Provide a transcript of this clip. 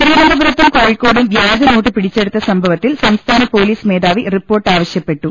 തിരുവനന്തപുരത്തും കോഴിക്കോടും വ്യാജനോട്ട് പിടിച്ചെ ടുത്ത സംഭവത്തിൽ സംസ്ഥാന പൊലീസ് മേധാവി റിപ്പോർട്ട് ആവശ്യപ്പെട്ടു